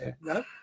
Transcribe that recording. No